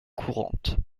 courantes